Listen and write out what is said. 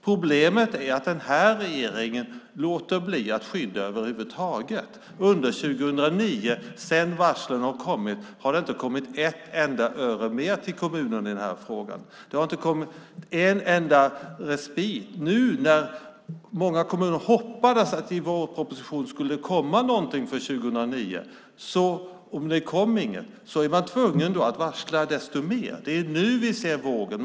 Problemet är att den här regeringen låter bli att skydda över huvud taget. Under 2009, sedan varslen har kommit, har det inte kommit ett enda öre mer till kommunerna på det här området. De har inte fått en enda respit. Många kommuner hoppades att det skulle komma någonting i vårpropositionen för 2009, men det kom inget. Nu är man tvungen att varsla desto mer. Det är nu vi ser vågen.